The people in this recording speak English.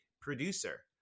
producer